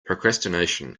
procrastination